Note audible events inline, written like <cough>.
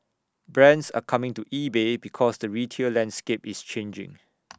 brands are coming to eBay because the retail landscape is changing <noise>